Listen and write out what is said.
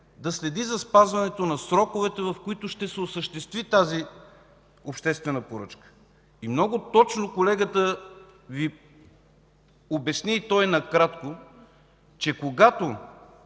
да следи за спазване на сроковете, в които ще се осъществи тази обществена поръчка. И колегата Ви обясни много точно и накратко, че когато